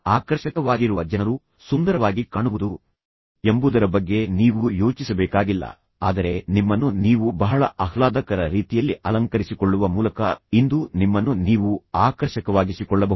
ಆಕರ್ಷಕವಾಗಿರುವ ಜನರು ಸುಂದರವಾಗಿ ಕಾಣುವುದು ಎಂಬುದರ ಬಗ್ಗೆ ನೀವು ಯೋಚಿಸಬೇಕಾಗಿಲ್ಲ ಆದರೆ ನಿಮ್ಮನ್ನು ನೀವು ಬಹಳ ಆಹ್ಲಾದಕರ ರೀತಿಯಲ್ಲಿ ಅಲಂಕರಿಸಿಕೊಳ್ಳುವ ಮೂಲಕ ಇಂದು ನಿಮ್ಮನ್ನು ನೀವು ಆಕರ್ಷಕವಾಗಿಸಿಕೊಳ್ಳಬಹುದು